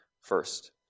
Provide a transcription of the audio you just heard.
first